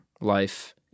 life